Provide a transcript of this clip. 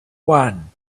one